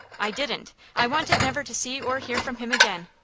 i didn't. i wanted never to see or hear from him again.